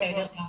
בסדר גמור.